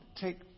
take